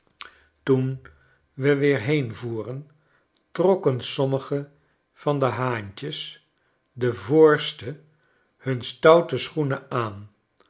toen we weer heenvoeren trokkensommige van de haantjes de voorste hun stoute schoenen aan